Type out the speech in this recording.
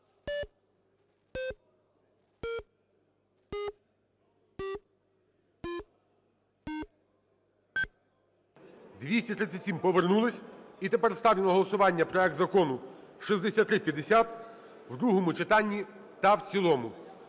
За-237 Повернулися. І тепер ставлю на голосування проект закону 6350 в другому читанні та в цілому.